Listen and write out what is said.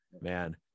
man